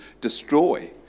destroy